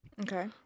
Okay